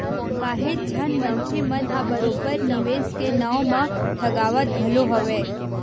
काहेच झन मनखे मन ह बरोबर निवेस के नाव म ठगावत घलो हवय